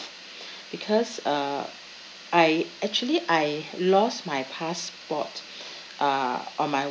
because uh I actually I lost my passport uh on my